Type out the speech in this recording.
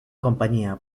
compañía